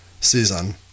season